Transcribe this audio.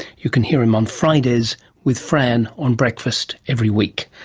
you can hear him on fridays with fran on breakfast every week.